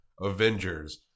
Avengers